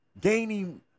gaining